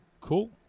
Cool